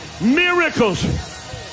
miracles